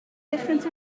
different